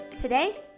Today